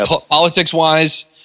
politics-wise